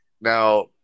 Now